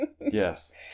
Yes